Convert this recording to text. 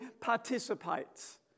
participates